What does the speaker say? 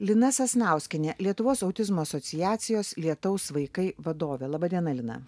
lina sasnauskienė lietuvos autizmo asociacijos lietaus vaikai vadovė laba diena lina